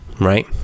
right